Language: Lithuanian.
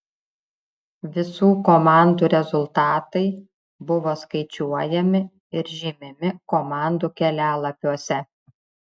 visų komandų rezultatai buvo skaičiuojami ir žymimi komandų kelialapiuose